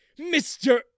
Mr